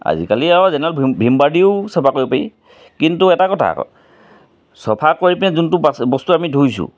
আজিকালি আৰু যেনিবা ভীম ভীমবাৰ দিও চাফা কৰিব পাৰি কিন্তু এটা কথা আকৌ চাফা কৰি পিনে যোনটো বাচ্ এই বস্তু আমি ধুইছোঁ